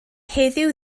heddiw